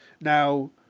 Now